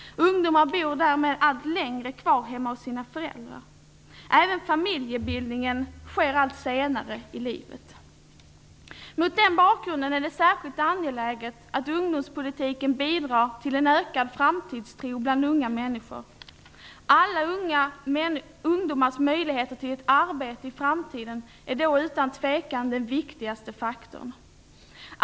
Ungdomar bor därmed allt längre kvar hemma hos sina föräldrar. Även familjebildningen sker allt senare i livet. Mot den bakgrunden är det särskilt angeläget att ungdomspolitiken bidrar till en ökad framtidstro bland unga människor. Alla ungdomars möjligheter till ett arbete i framtiden är då den utan tvekan viktigaste faktorn.